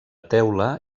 teula